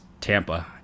Tampa